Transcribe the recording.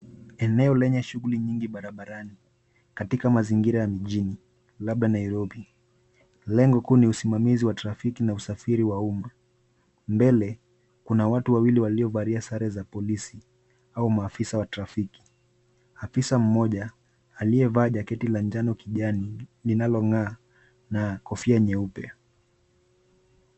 Eneo lenye shughuli nyingi barabarani katika mazingira ya mijini labda Nairobi. Lengo kuu ni usimamizi wa trafiki na usafiri wa uma. Mbele kuna watu wawili waliovalia sare za polisi au maafisa wa trafiki. Afisa mmoja aliyevaa jaketi la njano kijani linalong'aa na kofia nyeupe.